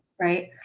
right